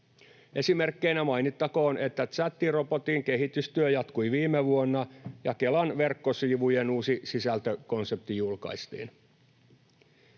Esimerkkeinä mainittakoon, että tsättirobotin kehitystyö jatkui viime vuonna ja Kelan verkkosivujen uusi sisältökonsepti julkaistiin.